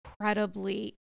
incredibly